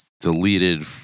deleted